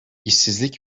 i̇şsizlik